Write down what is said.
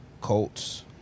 Colts